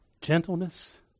gentleness